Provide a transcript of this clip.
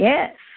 Yes